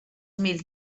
mil